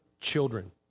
children